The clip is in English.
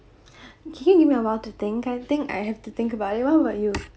can you give me a while to think I think I have to think about it what about you